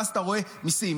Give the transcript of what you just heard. ואז אתה רואה: מיסים,